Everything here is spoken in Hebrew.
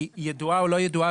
היא ידועה או לא ידועה,